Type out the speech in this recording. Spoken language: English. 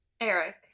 Eric